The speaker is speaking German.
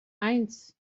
eins